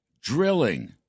drilling